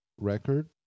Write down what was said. record